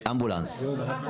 אמבולנס.